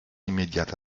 immédiates